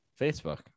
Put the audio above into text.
Facebook